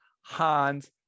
Hans